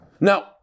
Now